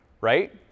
right